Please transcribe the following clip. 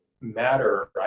matter